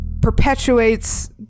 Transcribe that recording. perpetuates